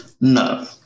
No